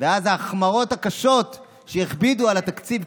ואז ההחמרות הקשות שהכבידו על התקציב,